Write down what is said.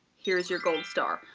here's your gold star.